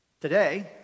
Today